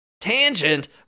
tangent